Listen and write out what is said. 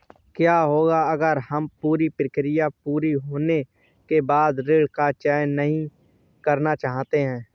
क्या होगा अगर हम पूरी प्रक्रिया पूरी होने के बाद ऋण का चयन नहीं करना चाहते हैं?